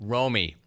Romy